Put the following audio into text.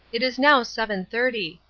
it is now seven-thirty.